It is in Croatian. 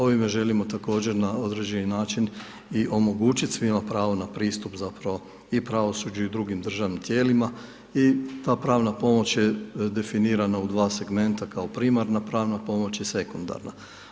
Ovime želimo također na određeni način i omogućiti svima pravo na pristup zapravo i pravosuđu i drugim državnim tijelima i ta pravna pomoć je definirana u dva segmenta kao primarna pomoć i sekundarna.